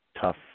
tough